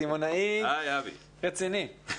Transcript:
דימונאי רציני.